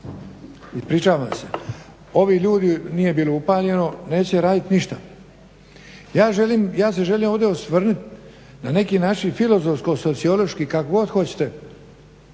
Ispričavam se. Ovi ljudi neće radit ništa. Ja se želim ovdje osvrnut na neki način filozofsko-sociološki, kako god hoćete.